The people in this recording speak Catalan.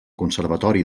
conservatori